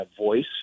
voice